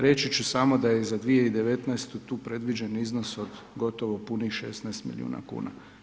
Reći ću samo da je za 2019. tu predviđen iznos od gotovo punih 16 milijuna kuna.